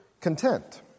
content